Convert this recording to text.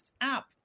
app